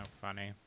funny